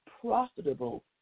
profitable